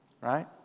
right